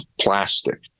plastic